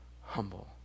humble